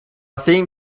theme